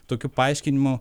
tokiu paaiškinimu